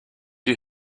you